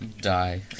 Die